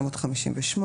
התשי"ח 1958,